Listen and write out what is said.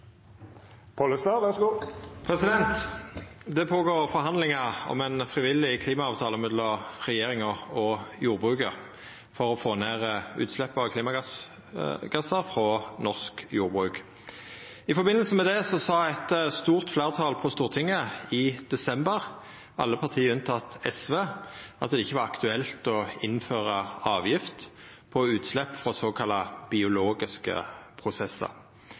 Det er no forhandlingar om ein frivillig klimaavtale mellom regjeringa og jordbruket for å få ned utsleppet av klimagassar frå norsk jordbruk. I samband med det sa eit stort fleirtal på Stortinget i desember – alle parti unntatt SV – at det ikkje var aktuelt å innføra avgift på utslepp frå såkalla biologiske prosessar.